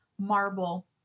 marble